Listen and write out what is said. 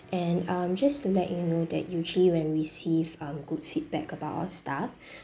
and um just to let you know that usually when we receive um good feedback about our staff